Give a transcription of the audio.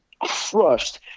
crushed